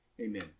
Amen